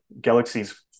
galaxies